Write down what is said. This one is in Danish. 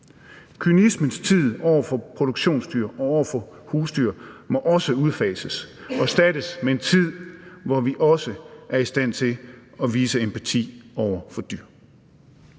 Kynismens tid for produktionsdyr og for husdyr må også udfases og erstattes med en tid, hvor vi også er i stand til at vise empati over for dyr.